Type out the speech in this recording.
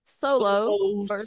Solo